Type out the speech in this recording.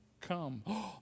come